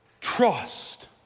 Trust